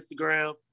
Instagram